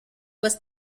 was